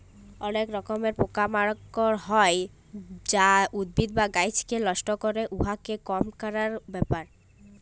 অলেক রকমের পকা মাকড় হ্যয় যা উদ্ভিদ বা গাহাচকে লষ্ট ক্যরে, উয়াকে কম ক্যরার ব্যাপার